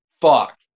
fuck